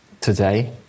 today